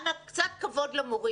אנא, קצת כבוד למורים.